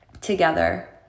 together